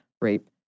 rape